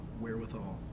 wherewithal